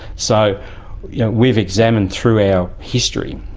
so yeah we've examined through our history